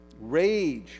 rage